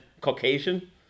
Caucasian